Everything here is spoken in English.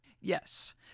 Yes